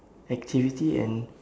activity and